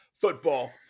football